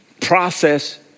process